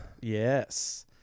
Yes